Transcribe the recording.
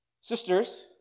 Sisters